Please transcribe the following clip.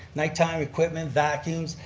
night time, equipment, vacuums,